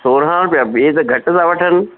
सोरहां रुपया ॿिया त घटि था वठनि